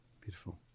Beautiful